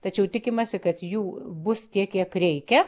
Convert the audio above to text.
tačiau tikimasi kad jų bus tiek kiek reikia